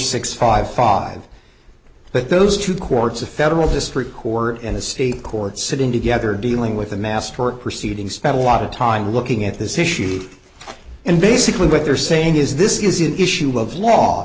six five five but those two courts of federal district court and a state court sitting together dealing with a masterwork proceeding spent a lot of time looking at this issue and basically what they're saying is this is an issue of law